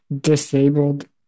disabled